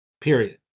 period